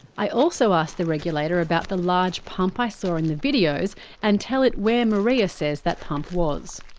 i also ask the regulator about the large pump i saw in the videos and tell it where marea says that pump was.